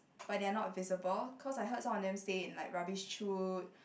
but they are not visible cause I heard some of them stay in like rubbish chute